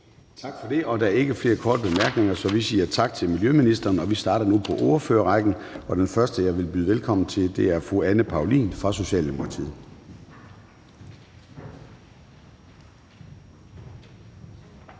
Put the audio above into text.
Tak for det. Der er ikke flere korte bemærkninger, så vi siger tak til miljøministeren. Vi starter nu på ordførerrækken. Den første, jeg vil byde velkommen til, er fru Anne Paulin fra Socialdemokratiet. Kl.